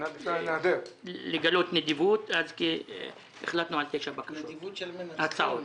אפשר לגלות נדיבות והחלטנו על תשע הצעות.